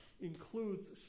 includes